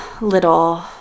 little